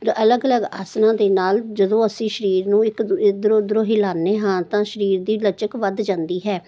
ਅਲਗ ਅਲਗ ਆਸਨਾਂ ਦੇ ਨਾਲ ਜਦੋਂ ਅਸੀਂ ਸਰੀਰ ਨੂੰ ਇੱਕ ਦੂਜੇ ਇੱਧਰੋਂ ਉਧਰੋਂ ਹਿਲਾਉਂਦੇ ਹਾਂ ਤਾਂ ਸਰੀਰ ਦੀ ਲਚਕ ਵੱਧ ਜਾਂਦੀ ਹੈ